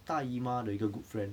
大姨妈的一个 good friend